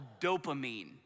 dopamine